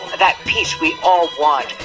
that peace we all want,